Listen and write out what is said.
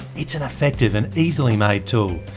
it's an effective and easily made tool,